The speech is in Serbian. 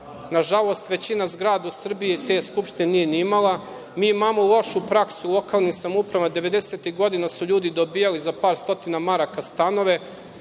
Nažalost, većina zgrada u Srbiji te skupštine nije ni imala. Mi imamo lošu praksu lokalnih samouprava, devedesetih godina su ljudi dobijali za par stotina maraka stanove,